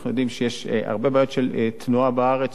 אנחנו יודעים שיש הרבה בעיות של תנועה בארץ,